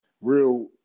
real